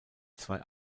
zwei